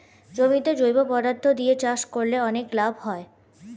জমিতে জৈব পদার্থ দিয়ে চাষ করলে অনেক লাভ হয়